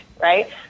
Right